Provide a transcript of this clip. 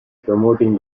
promoting